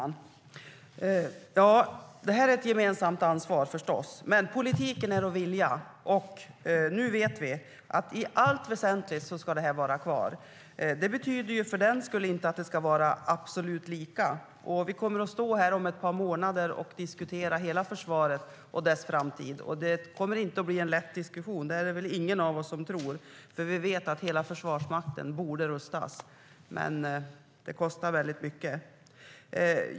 Herr talman! Det här är förstås ett gemensamt ansvar. Men politik är att vilja, och nu vet vi att detta ska vara kvar i allt väsentligt. Det betyder för den skull inte att det ska vara absolut lika. Vi kommer att stå här om ett par månader och diskutera hela försvaret och dess framtid. Det kommer inte att bli en lätt diskussion - det tror väl ingen av oss. Vi vet ju att hela Försvarsmakten borde rustas, men det kostar väldigt mycket.